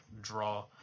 draw